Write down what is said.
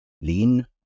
Lean